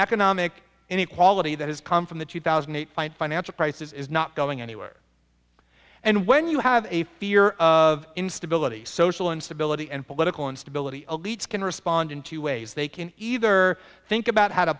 economic inequality that has come from the two thousand and eight financial crisis is not going anywhere and when you have a fear of instability social instability and political instability elites can respond in two ways they can either think about how to